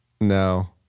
no